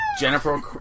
Jennifer